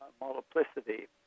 multiplicity